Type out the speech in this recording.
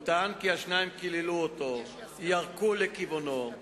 הוא טען כי השניים קיללו אותו, ירקו לכיוונו,